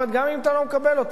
גם אם אתה לא מקבל אותה.